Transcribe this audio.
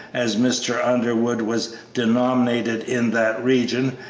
as mr. underwood was denominated in that region,